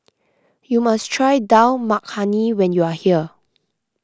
you must try Dal Makhani when you are here